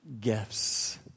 gifts